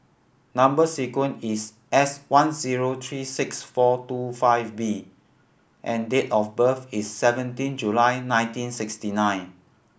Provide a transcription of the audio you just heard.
number sequence is S one zero three six four two five B and date of birth is seventeen July nineteen sixty nine